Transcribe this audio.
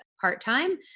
part-time